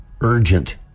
urgent